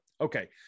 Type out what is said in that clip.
Okay